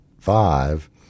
five